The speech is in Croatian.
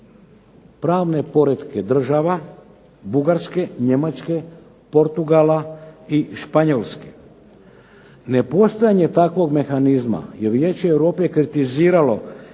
pravne poretke država Bugarske, Njemačke, Portugala i Španjolske. Nepostojanje takvog mehanizma je Vijeće Europe kritiziralo